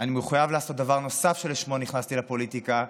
אני מחויב לעשות דבר נוסף שלשמו נכנסתי לפוליטיקה,